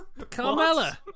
Carmella